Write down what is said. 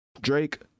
Drake